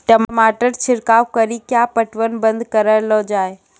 टमाटर छिड़काव कड़ी क्या पटवन बंद करऽ लो जाए?